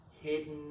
hidden